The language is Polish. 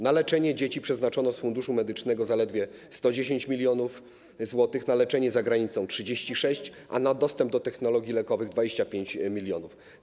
Na leczenie dzieci przeznaczono z Funduszu Medycznego zaledwie 110 mln zł, na leczenie za granicą - 36 mln zł, a na dostęp do technologii lekowych - 25 mln zł.